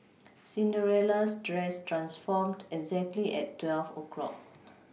Cinderella's dress transformed exactly at twelve o' clock